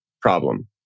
problem